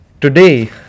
Today